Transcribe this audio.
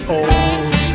old